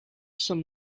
some